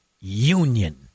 union